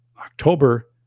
october